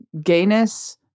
gayness